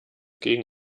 gegen